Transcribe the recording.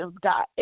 god